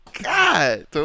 God